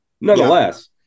Nonetheless